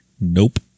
Nope